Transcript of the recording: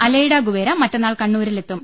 Aleida Guevara മറ്റന്നാൾ കണ്ണൂരിൽ എത്തും